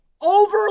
over